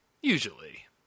usually